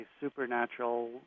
supernatural